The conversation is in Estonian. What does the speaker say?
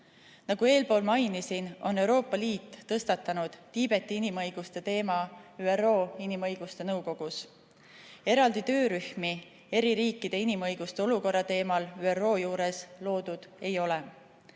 Nagu eespool mainisin, on Euroopa Liit tõstatanud Tiibeti inimõiguste teema ÜRO Inimõiguste Nõukogus. Eraldi töörühmi eri riikide inimõiguste olukorra teemal ÜRO juures loodud ei ole.